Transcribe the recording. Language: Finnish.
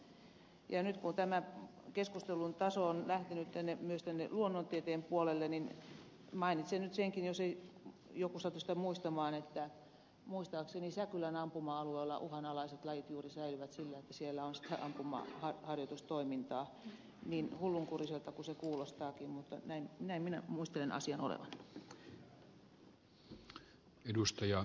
nyt kun tämä keskustelun taso on lähtenyt myös tänne luonnontieteen puolelle niin mainitsen nyt senkin jos ei joku satu sitä muistamaan että muistaakseni säkylän ampuma alueella uhanalaiset lajit juuri säilyvät sillä että siellä on sitä ampumaharjoitustoimintaa niin hullunkuriselta kuin se kuulostaakin mutta näin minä muistelen asian olevan